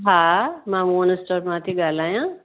हा मां मोहन स्टॉर मां ती ॻाल्हाया